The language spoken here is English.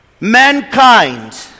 Mankind